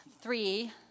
Three